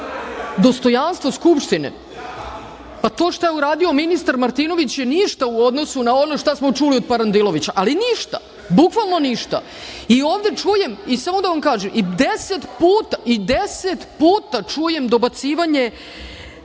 Dostojanstvo Skupštine? Pa, to što je uradio ministar Martinović je ništa u odnosu na ono šta smo čuli od Parandilovića, ali ništa, bukvalno ništa.I, samo da vam kažem i 10 puta, i 10 puta čujem dobacivanje